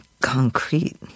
concrete